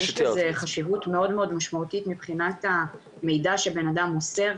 יש בזה חשיבות מאוד משמעותית מבחינת המידע שבנאדם מוסר.